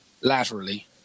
laterally